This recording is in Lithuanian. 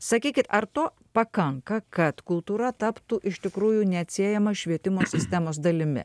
sakykit ar to pakanka kad kultūra taptų iš tikrųjų neatsiejama švietimo sistemos dalimi